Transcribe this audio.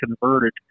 converted